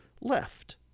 left